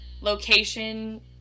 location